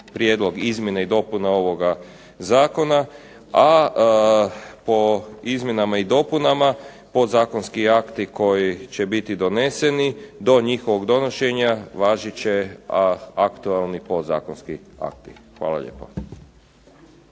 Prijedlog izmjena i dopuna ovoga zakona. A po izmjenama i dopunama podzakonski akti koji će biti doneseni do njihovog donošenja važit će aktualni podzakonski akti. Hvala lijepo.